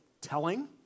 telling